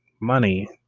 money